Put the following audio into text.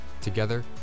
Together